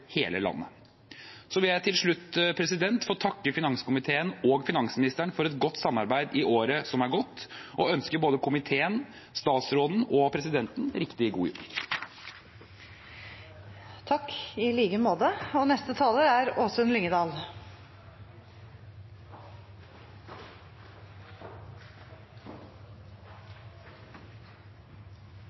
hele landet. Jeg vil til slutt få takke finanskomiteen og finansministeren for et godt samarbeid i året som er gått, og ønske både komiteen, statsråden og presidenten riktig god jul. Takk, i like måte. Arbeiderpartiet ønsker et seriøst og